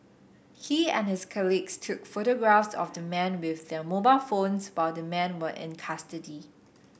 he and his colleagues took photographs of the men with their mobile phones while the men were in custody